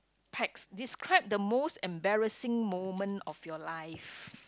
pax describe the most embarrassing moment of your life